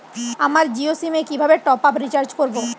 আমার জিও সিম এ কিভাবে টপ আপ রিচার্জ করবো?